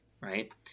right